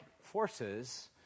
forces